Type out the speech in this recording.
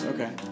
Okay